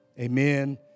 amen